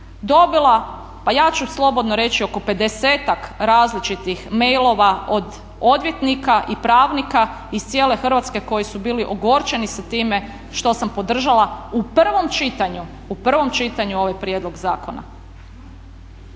dobila sam pa ja ću slobodno reći oko 50-ak različitih mailova od odvjetnika i pravnika iz cijele Hrvatske koji su bili ogorčeni sa time što sam podržala u prvom čitanju ovaj prijedlog zakona.